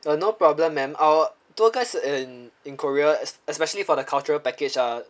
uh no problem ma'am our tour guides in in korea es~ especially for the cultural package are